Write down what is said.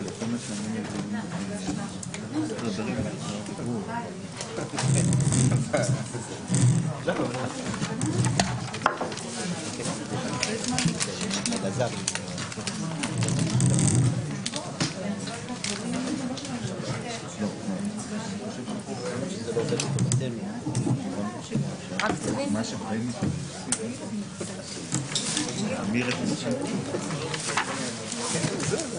בשעה 13:32.